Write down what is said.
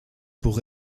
pour